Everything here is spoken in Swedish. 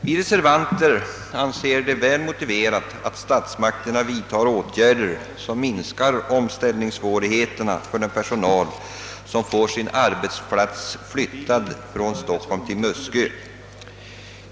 Vi reservanter anser det vara väl motiverat att statsmakterna vidtar åtgärder som minskar omställningssvårigheterna för den personal som får sin arbetsplats flyttad från Stockholm till Muskö.